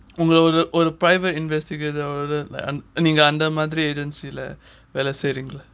oh the oh the oh the private investigator or the நீங்க அந்த மாதிரி:neenga andha madhiri agency ல வேலை செயிரீங்களா:la vela seirengala